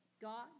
God